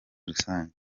rusange